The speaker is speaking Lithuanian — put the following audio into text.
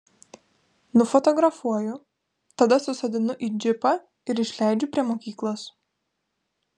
nufotografuoju tada susodinu į džipą ir išleidžiu prie mokyklos